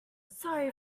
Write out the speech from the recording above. sorry